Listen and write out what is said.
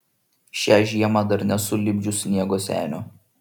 šią žiemą dar nesu lipdžius sniego senio